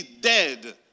dead